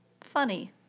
Funny